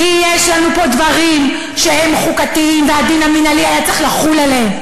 כי יש לנו פה דברים שהם חוקתיים והדין המינהלי היה צריך לחול עליהם.